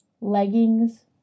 Leggings